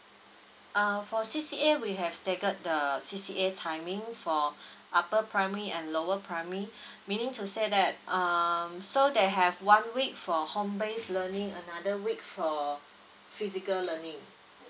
uh for C_C_A we have stated the C_C_A timing for upper primary and lower primary meaning to say that um so they have one week for home base learning another week for physical learning